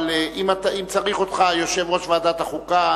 אבל אם צריך אותך יושב-ראש ועדת החוקה,